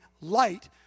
light